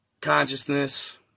consciousness